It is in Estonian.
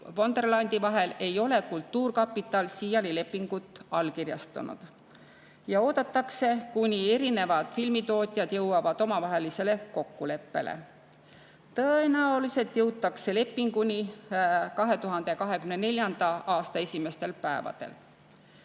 Wonderlandi vahel, ei ole kultuurkapital siiani lepingut allkirjastanud. Oodatakse, kuni erinevad filmitootjad jõuavad omavahelisele kokkuleppele. Tõenäoliselt jõutakse lepinguni 2024. aasta esimestel päevadel.